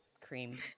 cream